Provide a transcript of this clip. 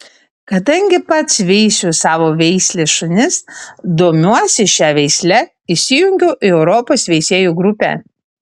kadangi pats veisiu savo veislės šunis domiuosi šia veisle įsijungiau į europos veisėjų grupę